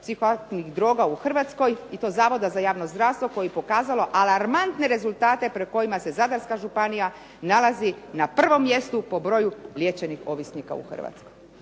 psihoaktivnih droga u Hrvatskoj i to Zavoda za javno zdravstvo koje je pokazalo alarmantne rezultate prema kojima se Zadarska županija nalazi na prvom mjestu po broju liječenih ovisnika u Hrvatskoj.